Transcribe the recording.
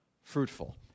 Fruitful